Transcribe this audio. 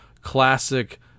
classic